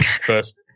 First